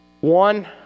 One